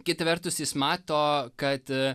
kita vertus jis mato kad a